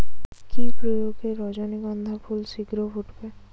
কি প্রয়োগে রজনীগন্ধা ফুল শিঘ্র ফুটবে?